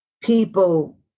people